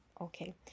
Okay